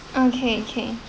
okay okay